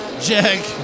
Jack